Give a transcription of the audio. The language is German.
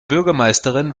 bürgermeisterin